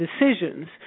decisions